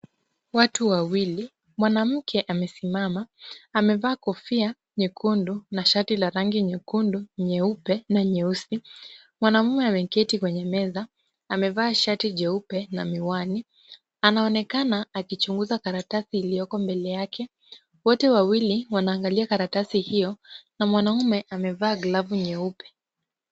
Watu wawili, mwanamke amesimama, amevaa kofia nyekundu na shati la rangi nyekundu, nyeupe na nyeusi. Mwanaume ameketi kwenye meza. Amevaa shati jeupe na miwani. Anaonekana akichunguza karatasi iliyoko mbele yake. Wote wawili wanaangalia karatasi hiyo na mwanaume amevaa glavu nyeupe.